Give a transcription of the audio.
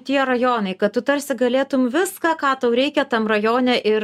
tie rajonai kad tu tarsi galėtum viską ką tau reikia tam rajone ir